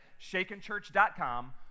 shakenchurch.com